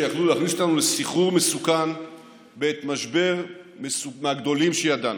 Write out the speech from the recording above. שיכלו להכניס אותנו לסחרור מסוכן בעת משבר מהגדולים שידענו.